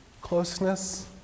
Closeness